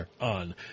on